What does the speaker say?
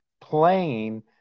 Playing